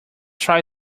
try